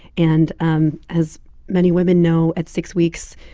and um as many women know, at six weeks,